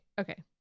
Okay